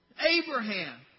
Abraham